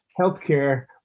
healthcare